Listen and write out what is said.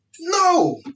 No